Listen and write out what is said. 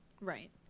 Right